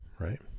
right